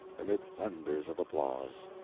amid thunders of applause.